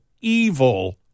evil